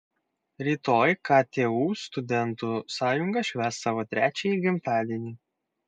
rytoj ktu studentų sąjunga švęs savo trečiąjį gimtadienį